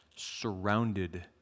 Surrounded